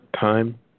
time